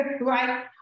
Right